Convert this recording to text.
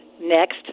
next